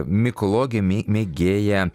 mikologė mė mėgėja